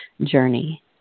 journey